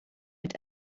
mit